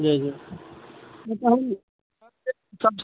जी जी